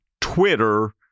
Twitter